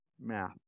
math